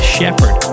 Shepherd